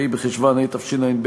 ה' בחשוון התשע"ב,